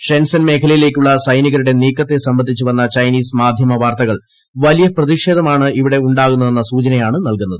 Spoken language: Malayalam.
ഷെൻസൻ മേഖലിയില്ലേയ്ക്കുള്ള സൈനികരുടെ നീക്കത്തെ സംബന്ധിച്ച് വന്ന ക്ലെച്സ്ട്രീസ് മാധ്യ വാർത്തകൾ വലിയ പ്രതിഷേധമാണ് ഉണ്ടാകുന്നതെന്ന് സൂചനയാണ് നൽകുന്നത്